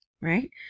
right